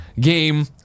game